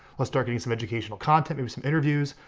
let's start getting some educational content, maybe some interviews,